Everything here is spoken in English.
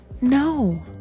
No